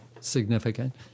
significant